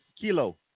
Kilo